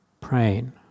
praying